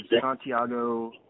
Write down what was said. Santiago